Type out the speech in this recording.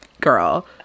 girl